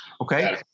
Okay